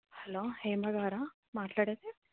hello హేమగారా మాట్లాడేది